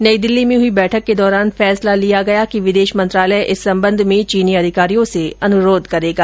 नई दिल्ली में हुई बैठक के दौरान फैसला लिया गया कि विदेश मंत्रालय इस संबंध में चीनी अधिकारियों से अनुरोध करेगा